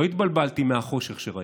לא התבלבלתי מהחושך שראיתי.